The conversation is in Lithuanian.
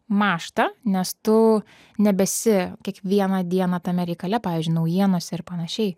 mąžta nes tu nebesi kiekvieną dieną tame reikale pavyzdžiui naujienose ir panašiai